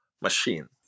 machine